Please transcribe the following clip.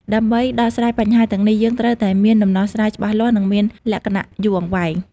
ដើម្បីដោះស្រាយបញ្ហាទាំងនេះ យើងត្រូវតែមានដំណោះស្រាយច្បាស់លាស់និងមានលក្ខណៈយូរអង្វែង។